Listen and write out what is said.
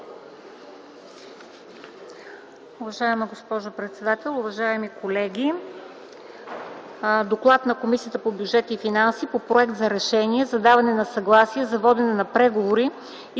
Уважаема госпожо председател, уважаеми колеги! „ДОКЛАД на Комисията по бюджет и финанси по проект за Решение за даване на съгласие за водене на преговори и